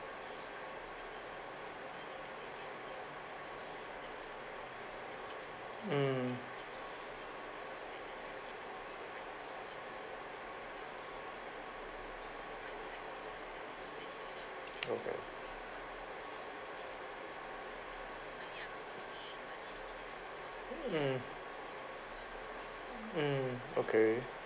mm okay mm mm okay